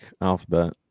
alphabet